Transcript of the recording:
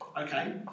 Okay